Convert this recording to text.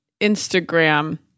Instagram